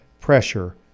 pressure